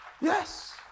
yes